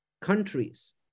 countries